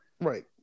right